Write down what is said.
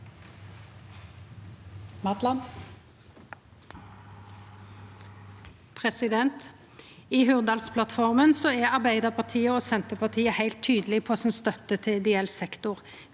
I Hurdalsplatt- forma er Arbeidarpartiet og Senterpartiet heilt tydelege på støtta si til ideell sektor.